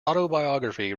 autobiography